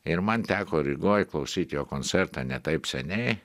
ir man teko rygoj klausyt jo koncerto ne taip seniai